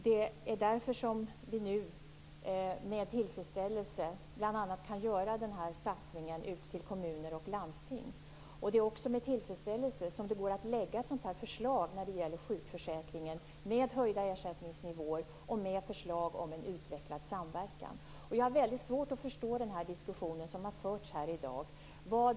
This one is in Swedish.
Det är därför som vi nu med tillfredsställelse kan göra bl.a. denna satsning på kommuner och landsting. Det är också med tillfredsställelse som det går att lägga fram ett sådant här förslag när det gäller sjukförsäkringen med höjda ersättningsnivåer och med förslag om en utvecklad samverkan. Jag har väldigt svårt att förstå den diskussion som har förts här i dag.